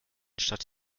statt